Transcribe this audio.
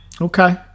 Okay